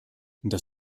das